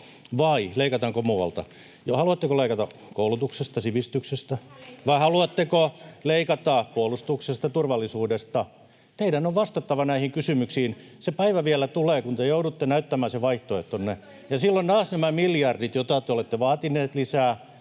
vai leikataanko muualta? Haluatteko leikata koulutuksesta, sivistyksestä? Vai haluatteko leikata puolustuksesta, turvallisuudesta? Teidän on vastattava näihin kysymyksiin. Se päivä vielä tulee, kun te joudutte näyttämään sen vaihtoehtonne, [Veronika Honkasalo: Meillä on vaihtoehto!]